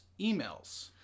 emails